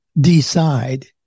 Decide